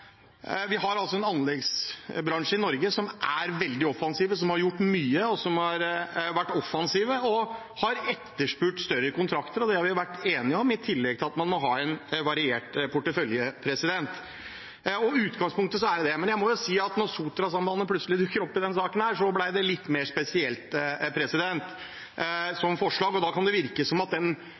som har etterspurt større kontrakter – det har vi vært enige om. I tillegg må man ha en variert portefølje. Det er utgangspunktet. Jeg må si at da Sotrasambandet plutselig dukket opp i denne saken, ble det et litt mer spesielt forslag. Da kan det virke som om det er den